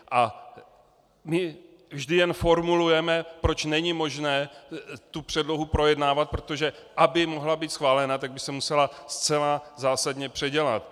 A my vždy jen formulujeme, proč není možné tu předlohu projednávat, protože aby mohla být schválena, tak by se musela zcela zásadně předělat.